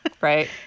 Right